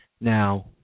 Now